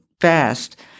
fast